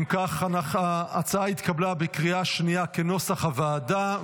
אם כך, ההצעה התקבלה בקריאה שנייה כנוסח הוועדה.